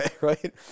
Right